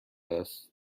است